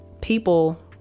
people